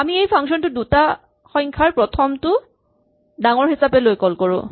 আমি এই ফাংচন টো দুটা সংখ্যাৰ প্ৰথমটো ডাঙৰ হিচাপে লৈ কল কৰো